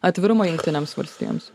atvirumo jungtinėms valstijoms